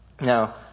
now